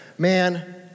Man